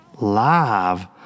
Live